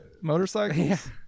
motorcycles